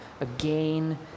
again